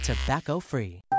tobacco-free